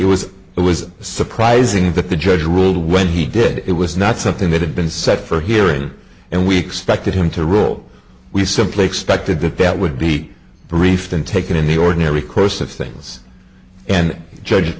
it was it was surprising that the judge ruled when he did it was not something that had been set for a hearing and we expected him to rule we simply expected that that would be briefed and taken in the ordinary course of things and judge